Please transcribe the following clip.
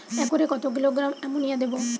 একরে কত kilogram ammonia দেবো?